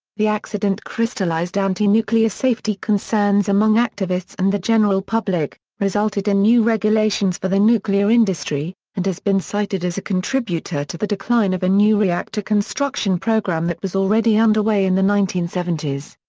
the accident crystallized anti-nuclear safety concerns among activists and the general public, resulted in new regulations for the nuclear industry, and has been cited as a contributor to the decline of a new reactor construction program that was already underway in the nineteen seventy s.